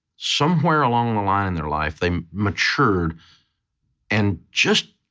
somewhere along the line in their life, they matured and just,